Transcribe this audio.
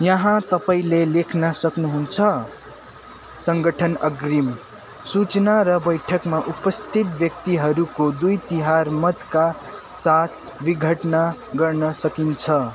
यहाँ तपाईँँले लेख्न सक्नु हुन्छ सङ्गठन अग्रिम सूचना र बैठकमा उपस्थित व्यक्तिहरूको दुई तिहाइ मतका साथ विघटना गर्न सकिन्छ